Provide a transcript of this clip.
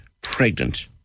pregnant